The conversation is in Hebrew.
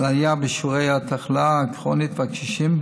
בשיעורי התחלואה הכרונית והקשישים,